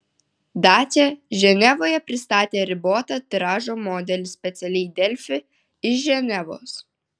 dacia ženevoje pristatė riboto tiražo modelį specialiai delfi iš ženevos